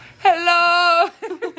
Hello